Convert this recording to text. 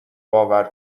باور